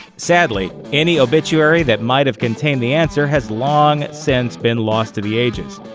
sadly, any obituary that might've contained the answer has long since been lost to the ages.